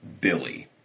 Billy